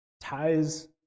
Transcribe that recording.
ties